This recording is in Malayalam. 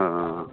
ആ ആ ആ